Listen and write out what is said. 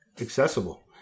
accessible